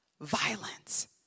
violence